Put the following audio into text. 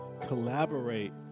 collaborate